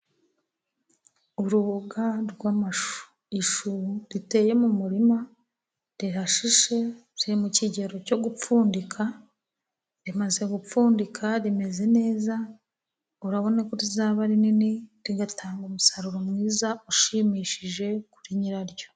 Uruboga rw'amashu, ishu riteye mu murima rirashishe riri mu kigero cyo gupfundika, rimaze gupfundika rimeze neza urabona ko rizaba rinini, rigatanga umusaruro mwiza ushimishije kuri nyiraryo.